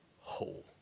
whole